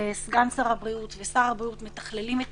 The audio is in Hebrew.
סגן שר הבריאות ושר הבריאות מתכללים את